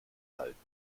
halten